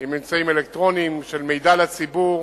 עם אמצעים אלקטרוניים של מידע לציבור